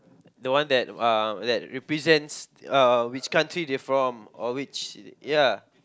the one that uh that represent uh which country they from or which ya